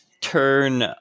turn